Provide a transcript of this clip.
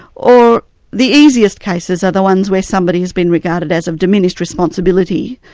or the easiest cases are the ones where somebody's been regarded as of diminished responsibility,